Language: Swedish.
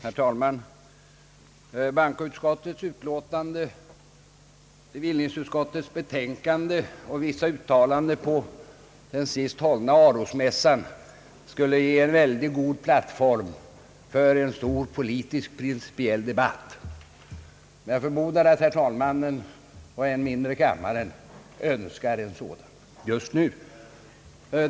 Herr talman! Bankoutskottets utlåtande, bevillningsutskottets betänkande och vissa uttalanden på den senast hållna Arosmässan skulle ge en mycket god plattform för en stor politisk principdebatt. Jag förmodar att inte herr talmannen och än mindre kammaren önskar en sådan just nu.